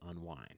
unwind